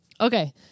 Okay